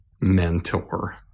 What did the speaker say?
mentor